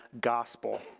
gospel